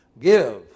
Give